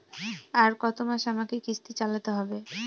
আর কতমাস আমাকে কিস্তি চালাতে হবে?